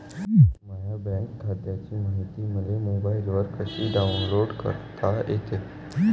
माह्या बँक खात्याची मायती मले मोबाईलवर कसी डाऊनलोड करता येते?